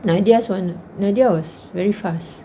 nadia's [one] nadia was very fast